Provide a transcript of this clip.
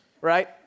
right